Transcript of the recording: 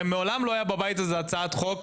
הרי מעולם לא הייתה בבית הזה הצעת חוק